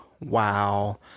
wow